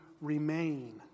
remain